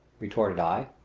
retorted i.